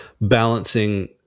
balancing